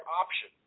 option